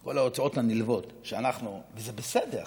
כל ההוצאות הנלוות שאנחנו, וזה בסדר.